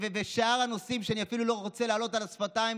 ושאר הנושאים שאני אפילו לא רוצה להעלות על השפתיים,